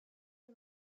the